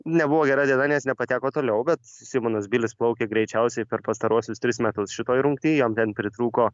nebuvo gera diena nes nepateko toliau bet simonas bilis plaukė greičiausiai per pastaruosius tris metus šitoj rungty jam ten pritrūko